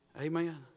Amen